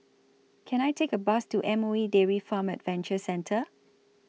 Can I Take A Bus to M O E Dairy Farm Adventure Centre